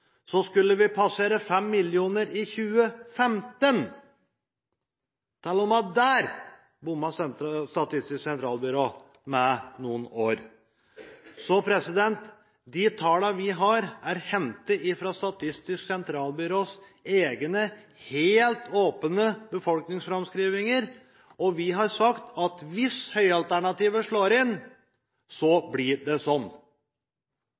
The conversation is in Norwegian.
Så de tallene vi har, er hentet fra Statistisk sentralbyrås egne helt åpne befolkningsframskrivninger, og vi har sagt at hvis høyalternativet slår inn, blir det slik. Så: Innvandring og integrering hører sammen. Det